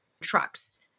trucks